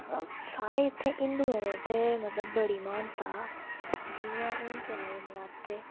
साढ़े इत्थें हिन्दुएं दे ते बड़ी महानता जियां हून चला दे नराते